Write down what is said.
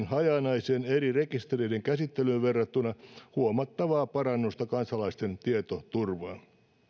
hajanaiseen eri rekisterien käsittelyyn verrattuna huomattavaa parannusta kansalaisten tietoturvaan